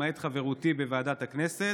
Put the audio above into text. למעט חברותי בוועדת הכנסת,